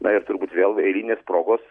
na ir turbūt vėl eilinės progos